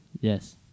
Yes